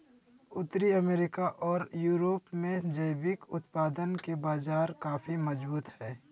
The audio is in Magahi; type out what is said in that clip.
उत्तरी अमेरिका ओर यूरोप में जैविक उत्पादन के बाजार काफी मजबूत हइ